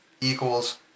equals